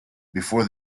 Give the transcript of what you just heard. before